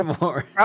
more